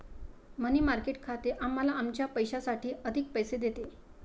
मनी market खाते आम्हाला आमच्या पैशासाठी अधिक पैसे देते